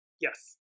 Yes